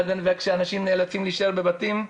וזה כאשר אנשים נאלצים להישאר בבתים,